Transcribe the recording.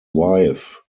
wife